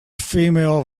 female